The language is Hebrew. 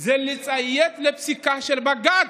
הוא לציית לפסיקה של בג"ץ.